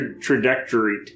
trajectory